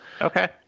Okay